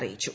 അറിയിച്ചു